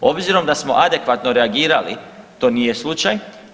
S obzirom da smo adekvatno reagirali to nije slučaj.